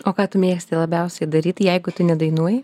o ką tu mėgsti labiausiai daryt jeigu tu nedainuoji